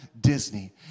Disney